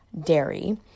dairy